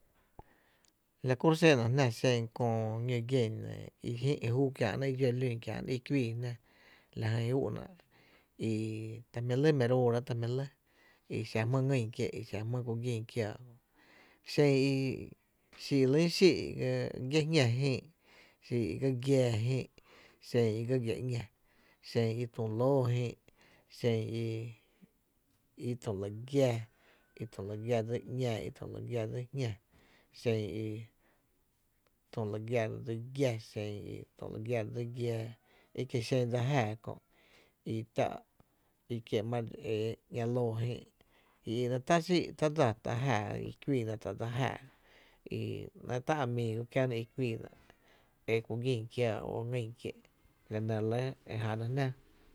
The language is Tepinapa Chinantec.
La kuxena jná xen köö ñún gién ‘nɇɇ’ i jïï’na júú kiá’na i lún kiää’ná i kuii jná la jy úú’na i ta jmí’ lɇ mi róórá’ ta jmí’ lɇ i xa jmýý ngyn kié’ i xa jmýýe ku gin kiaa kö’ xedn i re lɇn xii’ i giⱥa, jñá jïï’ i ga giⱥⱥ jïï’, xen i ga giⱥ ‘ña xen i tu lóó jïï’ xen i tulu giⱥ, xen y tulu giⱥ dsi ‘ña, i tulu giⱥ dsi jñá, xen i tulu giⱥ dsi giⱥ, xen i tulu giⱥ dsi giⱥá, i kie’ xen dsa jáaá kö i tá’ i ma re dxi éé kö ‘ña lóó jïï’ la jy ta’ dsa jáaá, ta’ xii’ i kuiina, dsa jáaá ‘nɇɇ’ tá’ amigo kiäna i kuii na i ku gin kiáá o ngýn kié’ la nɇ re Lɇ e jána jná.